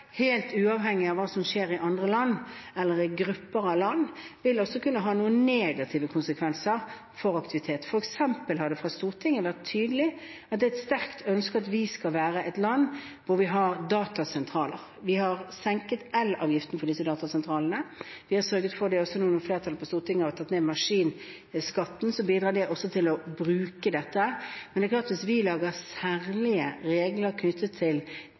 helt uavhengig av hva som skjer i andre land, eller i grupper av land, vil også kunne ha noen negative konsekvenser for aktivitet. For eksempel har det fra Stortinget vært tydelig at det er et sterkt ønske at vi skal være et land hvor vi har datasentraler. Vi har senket elavgiften for disse datasentralene, og vi har sørget for – og det har også nå flertall på Stortinget – å ta ned maskinskatten, og det bidrar også til å bruke dette. Men hvis vi lager særlige regler knyttet til